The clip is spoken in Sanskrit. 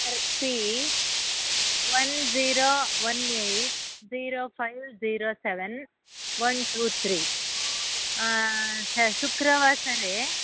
R P one zero one eight zero five zero seven one two three शुक्रवासरे